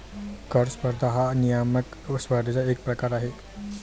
कर स्पर्धा हा नियामक स्पर्धेचा एक प्रकार आहे